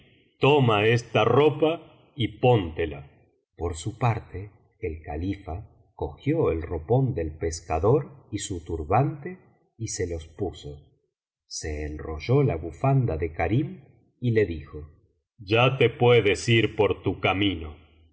toma esta ropa y póntela por su parte el califa cogió el ropón del pescador y su turbante y se los puso se enrolló la bufanda de karim y le dijo ya te puedes ir por tu camino